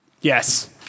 Yes